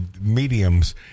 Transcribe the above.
mediums